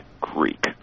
Greek